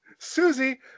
Susie